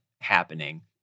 happening